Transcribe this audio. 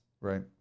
Right